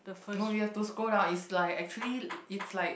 no you have to scroll down is like actually l~ it's like